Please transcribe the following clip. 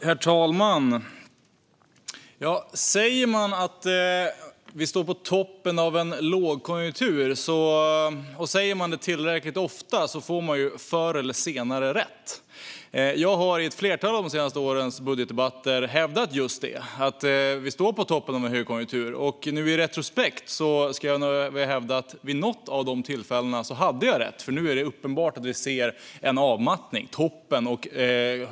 Herr talman! Säger man att vi står på toppen av en högkonjunktur och gör det tillräckligt ofta får man förr eller senare rätt. Jag har i ett flertal av de senaste årens budgetdebatter hävdat just att vi står på toppen av en högkonjunktur. Nu i retrospektiv vill jag hävda att jag vid något av de tillfällena hade rätt, för nu är det uppenbart att vi ser en avmattning.